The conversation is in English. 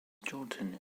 jordan